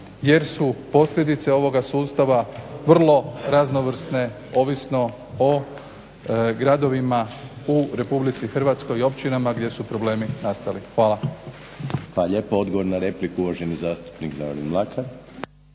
jer su posljedice ovoga sustava vrlo raznovrsne ovisno o gradovima u Republici Hrvatskoj i općinama gdje su problemi nastali. Hvala.